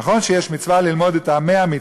נכון שיש מצווה ללמוד את טעמי המצוות,